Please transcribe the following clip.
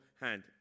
hand